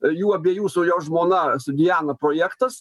jų abiejų su jo žmona su diana projektas